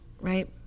right